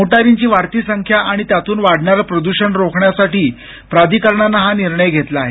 मोटारींची वाढती संख्या आणि त्यातून वाढणारं प्रदूषण रोखण्यासाठी प्राधिकरणाने हा निर्णय घेतला आहे